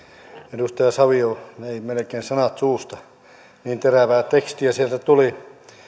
edustaja savio vei melkein sanat suusta niin terävää tekstiä sieltä tuli